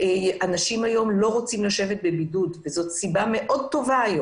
אנשים לא רוצים לשבת בבידוד וזו סיבה מאוד טובה.